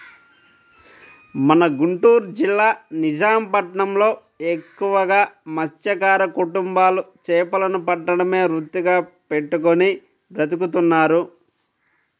మన గుంటూరు జిల్లా నిజాం పట్నంలో ఎక్కువగా మత్స్యకార కుటుంబాలు చేపలను పట్టడమే వృత్తిగా పెట్టుకుని బతుకుతున్నారు